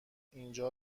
اینجا